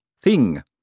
thing